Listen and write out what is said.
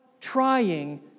trying